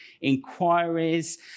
inquiries